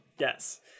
Yes